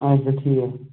اَچھا ٹھیٖک